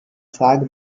frage